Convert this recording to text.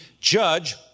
judge